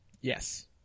yes